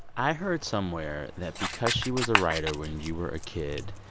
i heard somewhere that because she was a writer when you were a kid,